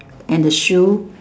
and the shoe